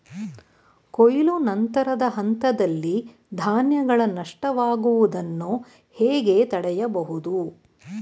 ಕೊಯ್ಲು ನಂತರದ ಹಂತದಲ್ಲಿ ಧಾನ್ಯಗಳ ನಷ್ಟವಾಗುವುದನ್ನು ಹೇಗೆ ತಡೆಯಬಹುದು?